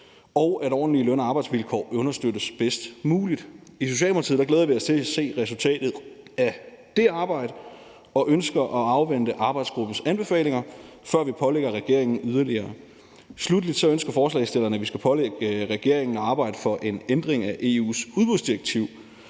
og at ordentlige løn- og arbejdsvilkår understøttes bedst muligt. I Socialdemokratiet glæder vi os til at se resultatet af det arbejde og ønsker at afvente arbejdsgruppens anbefalinger, før vi pålægger regeringen yderligere. Sluttelig ønsker forslagsstillerne, at vi skal pålægge regeringen at arbejde for en ændring af EU's udbudsdirektiv.